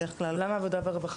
למה עבודה ורווחה?